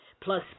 plus